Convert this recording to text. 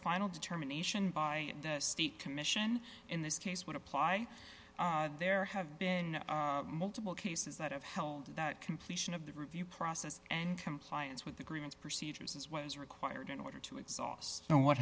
final determination by the state commission in this case would apply there have been multiple cases that have held that completion of the review process and compliance with agreements procedures is what is required in order to exhaust know what